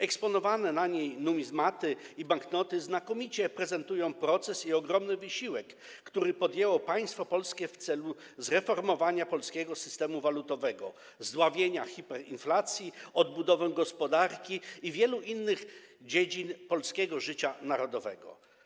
Eksponowane na niej numizmaty i banknoty znakomicie prezentują proces i ogromny wysiłek, który podjęło państwo polskie w celu zreformowania polskiego systemu walutowego, zdławienia hiperinflacji, odbudowy gospodarki i wielu innych dziedzin polskiego życia narodowego.